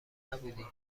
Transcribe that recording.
نبودی